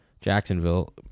Jacksonville